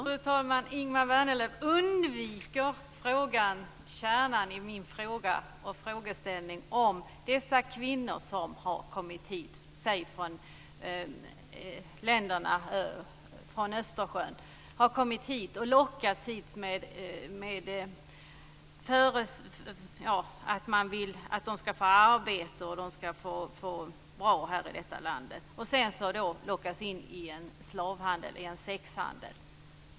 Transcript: Fru talman! Ingemar Vänerlöv undviker kärnan i min frågeställning. De kvinnor som har kommit från länderna på andra sidan Östersjön har lockats hit med att de ska få arbete och få det bra i detta land. Sedan lockas de in i en slavhandel, en sexhandel.